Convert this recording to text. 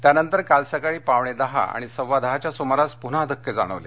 त्यानंतर काल सकाळी पावणेदहा आणि सव्वादहाच्या सुमारास पुन्हा धक्के जाणवले